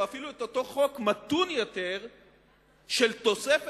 או אפילו את אותו חוק מתון יותר של תוספת